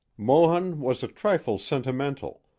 mohun was a trifle sentimental,